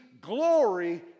glory